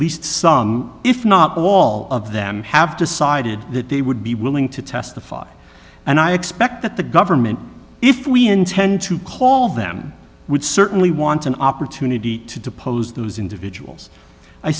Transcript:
least some if not all of them have decided that they would be willing to testify and i expect that the government if we intend to call them would certainly want an opportunity to depose those individuals i